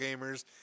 gamers